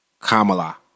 Kamala